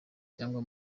cyangwa